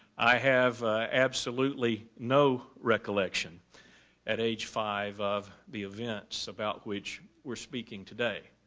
i have absolutely no recollection at age five of the events about which we are speaking today,